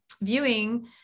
viewing